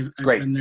Great